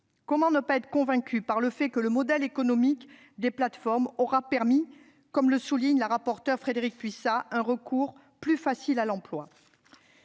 Comment ne pas être convaincu par le fait que le modèle économique des plateformes aura permis, comme le souligne Frédérique Puissat, un recours plus facile à l'emploi ?